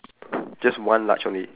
just one large only